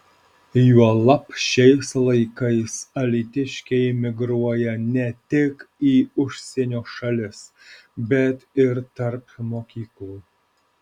juolab šiais laikais alytiškiai migruoja ne tik į užsienio šalis bet ir tarp mokyklų